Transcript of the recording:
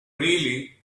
really